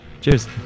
Cheers